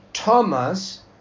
Thomas